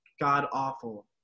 god-awful